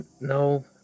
No